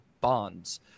bonds